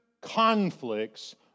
conflicts